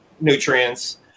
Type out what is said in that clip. nutrients